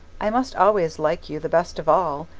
i must always like you the best of all,